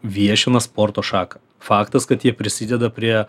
viešina sporto šaką faktas kad jie prisideda prie